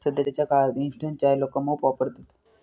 सध्याच्या काळात इंस्टंट चाय लोका मोप वापरतत